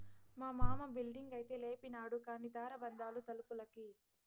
మా మామ బిల్డింగైతే లేపినాడు కానీ దార బందాలు తలుపులకి